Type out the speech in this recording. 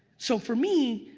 so for me,